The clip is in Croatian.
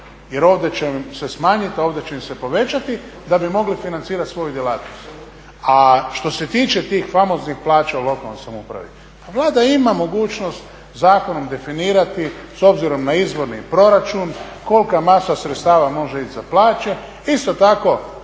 jer ovdje će im se smanjiti, a ovdje će im se povećati da bi mogli financirati svoju djelatnost. A što se tiče tih famoznih plaća u lokalnoj samoupravi, pa Vlada ima mogućnost zakonom definirati s obzirom na izvorni proračun kolika masa sredstava može ići za plaće. Isto tako